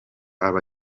aba